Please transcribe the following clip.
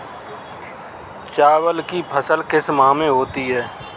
चावल की फसल किस माह में होती है?